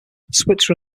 switzer